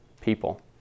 people